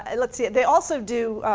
and let's see, they also do